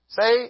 Say